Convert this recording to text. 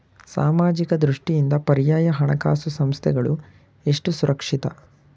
ಸಾಮಾಜಿಕ ದೃಷ್ಟಿಯಿಂದ ಪರ್ಯಾಯ ಹಣಕಾಸು ಸಂಸ್ಥೆಗಳು ಎಷ್ಟು ಸುರಕ್ಷಿತ?